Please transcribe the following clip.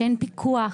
שאין פיקוח,